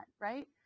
right